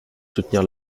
soutenir